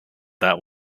that